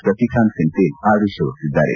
ಸಸಿಕಾಂತ್ ಸೆಂಥಿಲ್ ಆದೇಶ ಹೊರಡಿಸಿದ್ದಾರೆ